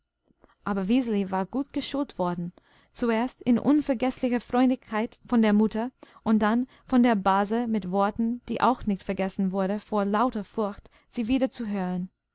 aber wiseli war gut geschult worden zuerst in unvergeßlicher freundlichkeit von der mutter und dann von der base mit worten die auch nicht vergessen wurden vor lauter furcht sie wieder zu